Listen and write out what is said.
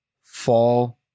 fall